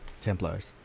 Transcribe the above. Templars